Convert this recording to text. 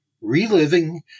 Reliving